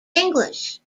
english